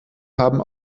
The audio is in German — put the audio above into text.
haben